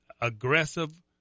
aggressive